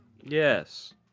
Yes